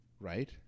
Right